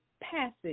passage